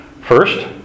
First